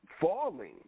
falling